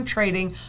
Trading